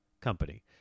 company